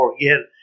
again